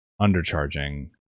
undercharging